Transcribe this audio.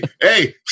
hey